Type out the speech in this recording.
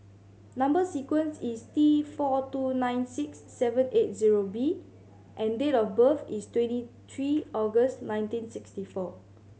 number sequence is T four two nine six seven eight zero B and date of birth is twenty three August nineteen sixty four